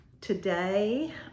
Today